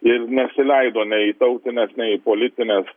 ir nesileido nei į tautines nei į politines